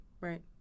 right